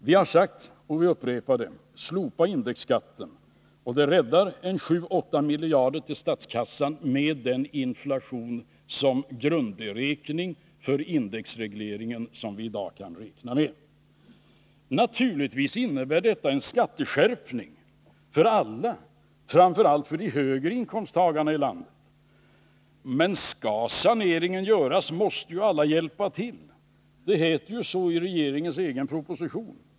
Vi har sagt, och vi upprepar det: Slopa indexskatten och det räddar 7 å 8 miljarder till statskassan med den inflation som grundberäkning för indexregleringen som vi i dag kan räkna med. Naturligtvis innebär detta en skatteskärpning för alla, framför allt för de högre inkomsttagarna i landet. Men skall saneringen göras, måste alla hjälpa till — så heter det ju i regeringens egen proposition.